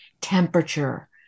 temperature